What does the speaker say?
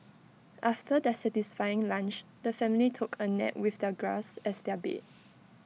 after their satisfying lunch the family took A nap with the grass as their bed